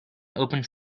opened